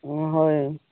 ହ ଏ